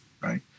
right